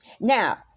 Now